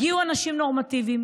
הגיעו אנשים נורמטיביים,